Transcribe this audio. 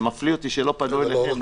זה מפליא שלא פנו אליכם.